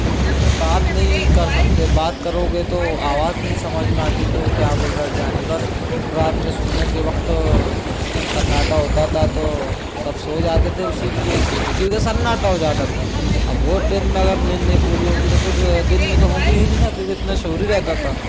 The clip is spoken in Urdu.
کسی سے بات نہیں کر سکتے بات کرو گے تو آواز نہیں سمجھ میں آتی کہ وہ کیا بول رہا ہے کیا نہیں بس رات میں سونے کے وقت سناٹا ہوتا تھا تو سب سو جاتے تھے اسی لیے کیونکہ سناٹا ہو جاتا تھا اب وہ ٹرین میں اگر نیند نہیں پوری ہوں گی تو پھر دن میں تو ہوں گی ہی نہیں نا کیونکہ اتنا شور ہی رہتا تھا